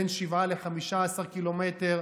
בין 7 ל-15 ק"מ,